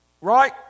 right